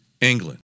England